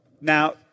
Now